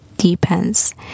Depends